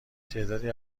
تعدادی